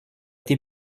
été